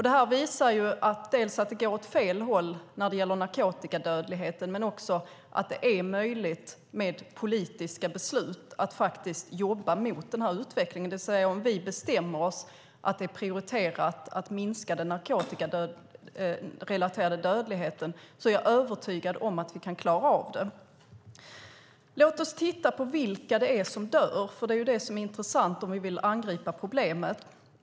Det visar dels att det går åt fel håll när det gäller narkotikadödligheten, dels att det är möjligt att med hjälp av politiska beslut jobba mot den här utvecklingen. Om vi bestämmer oss för att det är prioriterat att minska den narkotikarelaterade dödligheten är jag övertygad om att vi kan klara av det. Låt oss titta på vilka det är som dör, för det är det som är intressant om vi vill angripa problemet.